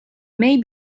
may